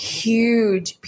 huge